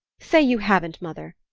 say you haven't, mother!